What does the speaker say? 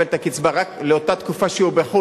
את הקצבה רק לאותה תקופה שהוא בחו"ל,